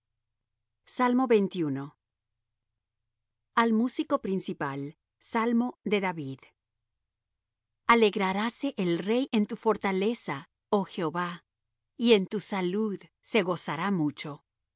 lo invocáremos al músico principal salmo de david alegrarase el rey en tu fortaleza oh jehová y en tu salud se gozará mucho el